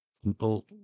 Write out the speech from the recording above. People